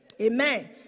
Amen